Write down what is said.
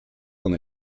con